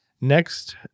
Next